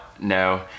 No